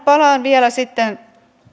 palaan vielä